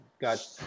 Got